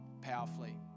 powerfully